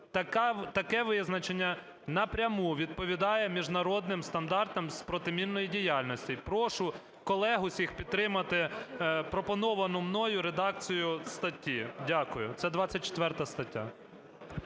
Таке визначення напряму відповідає міжнародним стандартам з протимінної діяльності. Прошу колег всіх підтримати пропоновану мною редакцію статті. Дякую. Це 24 стаття.